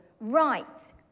right